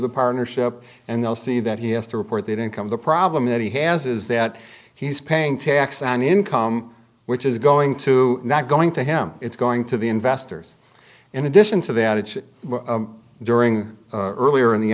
the partnership and they'll see that he has to report that income the problem that he has is that he's paying tax on income which is going to not going to him it's going to the investors in addition to that it's during early or in the